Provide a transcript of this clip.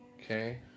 Okay